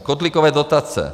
Kotlíkové dotace.